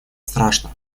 страшно